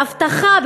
באבטחה,